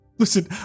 Listen